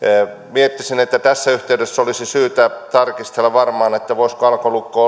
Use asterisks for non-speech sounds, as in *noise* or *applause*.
miettisin että tässä yhteydessä olisi syytä tarkistella varmaan voisiko alkolukko *unintelligible*